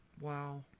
Wow